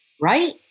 right